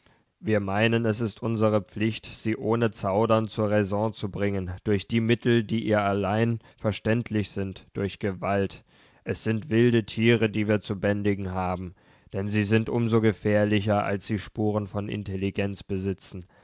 wir meinen es ist unsre pflicht sie ohne zaudern zur raison zu bringen durch die mittel die ihr allein verständlich sind durch gewalt es sind wilde tiere die wir zu bändigen haben denn sie sind um so gefährlicher als sie spuren von intelligenz besitzen